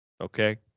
Okay